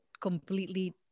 completely